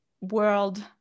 world